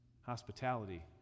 hospitality